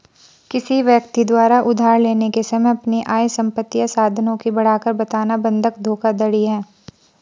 किसी व्यक्ति द्वारा उधार लेने के समय अपनी आय, संपत्ति या साधनों की बढ़ाकर बताना बंधक धोखाधड़ी है